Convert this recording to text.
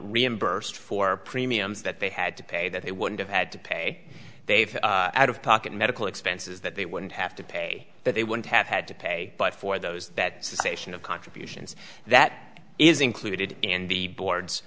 reimbursed for premiums that they had to pay that they wouldn't have had to pay they've out of pocket medical expenses that they wouldn't have to pay that they would have had to pay but for those that say ssion of contributions that is included in the board